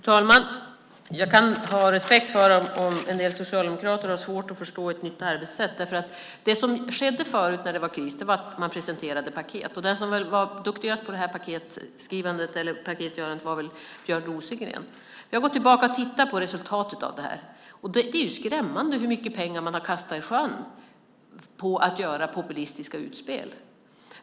Fru talman! Jag kan ha respekt för om en del socialdemokrater har svårt att förstå ett nytt arbetssätt. Det som skedde förut när det var kris var att man presenterade paket. Den som var duktigast på att ordna paket var väl Björn Rosengren. Jag har gått tillbaka och tittat på resultatet av det. Det är ju skrämmande hur mycket pengar man har kastat i sjön genom att göra populistiska utspel.